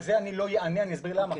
על זה אני לא אענה ואני אסביר למה.